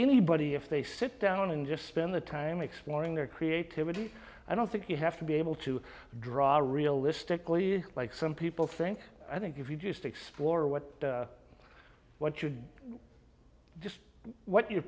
anybody if they sit down and just spend the time exploring their creativity i don't think you have to be able to draw a realistically like some people think i think if you just explore what what you did just what you're